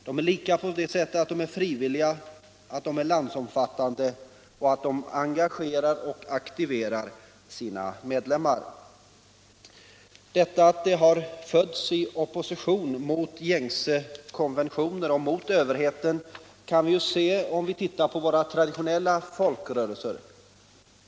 De är lika på det sättet att de är frivilliga, att de är landsomfattande och att de engagerar och aktiverar sina medlemmar. Att de har fötts i en opposition mot gängse konventioner och mot överheten kan vi finna om vi ser på våra traditionella folkrörelser.